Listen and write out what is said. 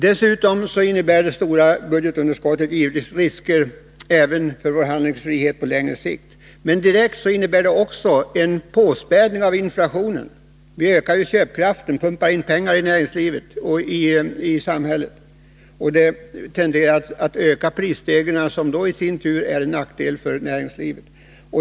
Det stora budgetunderskottet innebär dessutom givetvis risker även för vår handlingsfrihet på längre sikt. Det innebär direkt också en påspädning av inflationen. Vi ökar ju köpkraften genom att pumpa in pengar i näringslivet och i samhället. Det tenderar att öka prisstegringarna, och detta ärisin tur till nackdel för näringslivet.